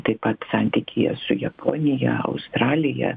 taip pat santykyje su japonija australija